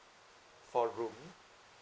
four room